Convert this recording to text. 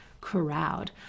crowd